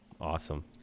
Awesome